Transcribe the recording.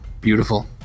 Beautiful